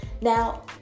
Now